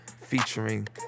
Featuring